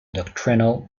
doctrinal